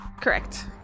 Correct